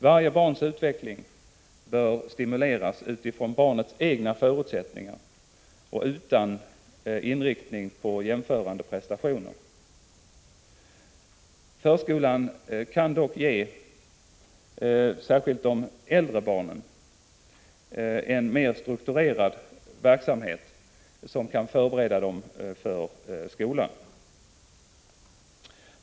Varje barns utveckling bör stimuleras utifrån barnets egna förutsättningar och utan inriktning på jämförande prestationer. Förskolan kan dock för de äldre barnen ha en mera strukturerad verksamhet som förbereder barn för skolan.